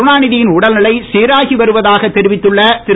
கருணாநிதியின் உடல்நிலை சீராகி வருவதாக தெரிவித்துள்ள திரு